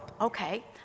Okay